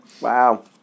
Wow